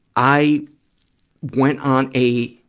i went on a